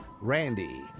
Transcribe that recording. Randy